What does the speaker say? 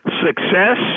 Success